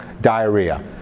diarrhea